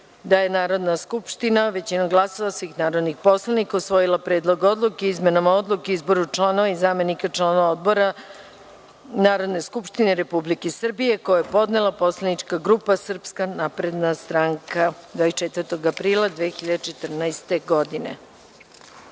da je Narodna skupština većinom glasova svih narodnih poslanika usvojila Predlog odluke o izmenama Odluke o izboru članova i zamenika članova odbora Narodne skupštine Republike Srbije, koji je podnela poslanička grupa SNS.Povodom ukazivanja narodnih